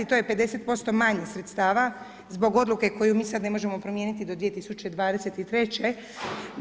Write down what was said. To je 50% manje sredstava zbog odluke koju mi sada ne možemo promijeniti do 2023.-će.